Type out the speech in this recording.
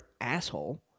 asshole